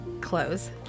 clothes